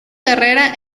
carrera